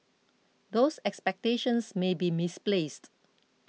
those expectations may be misplaced